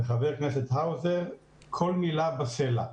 לחבר כנסת האוזר, כל מילה בסלע.